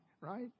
right